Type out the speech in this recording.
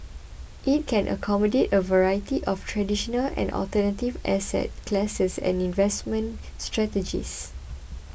it can accommodate a variety of traditional and alternative asset classes and investment strategies